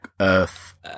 earth